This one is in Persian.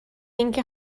اینکه